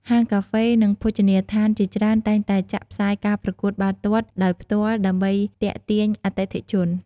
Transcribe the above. ហាងកាហ្វេ និងភោជនីយដ្ឋានជាច្រើនតែងតែចាក់ផ្សាយការប្រកួតបាល់ទាត់ដោយផ្ទាល់ ដើម្បីទាក់ទាញអតិថិជន។